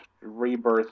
rebirth